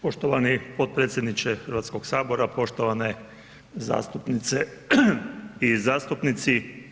Poštovani potpredsjedniče Hrvatskog sabora, poštovane zastupnice i zastupnici.